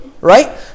Right